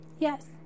Yes